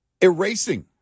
erasing